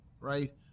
right